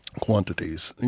quantities, and